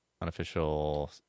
Unofficial